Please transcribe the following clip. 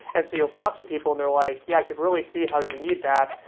and so you'll talk to people and they're like, yeah, i could really see how you need that.